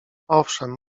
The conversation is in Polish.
owszem